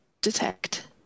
detect